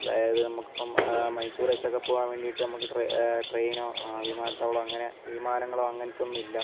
അതായത് നമുക്ക് ഇപ്പം മൈസൂറക്കക്കെ പോകാൻ വേണ്ടിട്ടു നമുക്ക് ട്രെ ട്രെയിനോ വിമാനത്താവളോ അങ്ങനെ വിമാനങ്ങളോ അങ്ങനത്തെ ഒന്നുമില്ല